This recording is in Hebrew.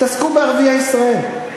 תתעסקו בערביי ישראל.